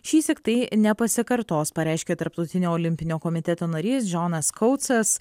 šįsyk tai nepasikartos pareiškė tarptautinio olimpinio komiteto narys džonas koucas